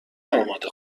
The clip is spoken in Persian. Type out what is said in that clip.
آماده